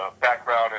background